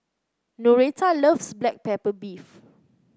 Noreta loves Black Pepper Beef